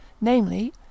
NAMELY